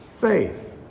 Faith